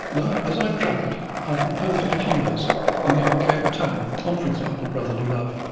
and as i travelled i composed little homilies and in the archaic tongue on, for example, brotherly love,